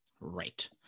Right